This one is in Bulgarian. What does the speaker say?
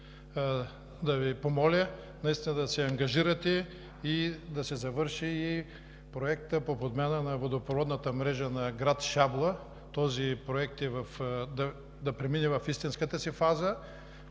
да Ви помоля да се ангажирате и да се завърши проектът по подмяна на водопроводната мрежа на град Шабла, този проект да премине в истинската си фаза